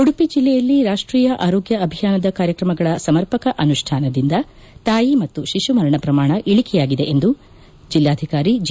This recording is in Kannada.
ಉಡುಪಿ ಜಿಲ್ಲೆಯಲ್ಲಿ ರಾಷ್ಟೀಯ ಆರೋಗ್ಯ ಅಭಿಯಾನದ ಕಾರ್ಯಕ್ರಮಗಳ ಸಮರ್ಪಕ ಅನುಷ್ಠಾನದಿಂದ ತಾಯಿ ಮತ್ತು ಶಿಶು ಮರಣ ಪ್ರಮಾಣ ಇಳಿಕೆಯಾಗಿದೆ ಎಂದು ಜಿಲ್ಲಾಧಿಕಾರಿ ಜಿ